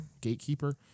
gatekeeper